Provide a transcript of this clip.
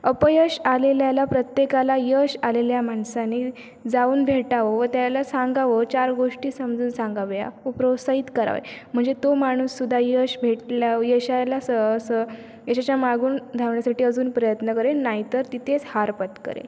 अपयश आलेल्याला प्रत्येकाला यश आलेल्या माणसाने जाऊन भेटावं व त्याला सांगावं चार गोष्टी समजून सांगाव्या उ प्रोत्साहित कराव्या म्हणजे तो माणूससुद्धा यश भेटल्यावर यशाला सं सं यशाच्या मागून धावण्यासाठी अजून प्रयत्न करेल नाहीतर तिथेच हार पत्करेल